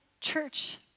church